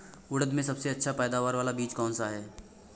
उड़द में सबसे अच्छा पैदावार वाला बीज कौन सा है?